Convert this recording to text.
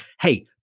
hey